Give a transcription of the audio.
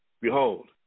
Behold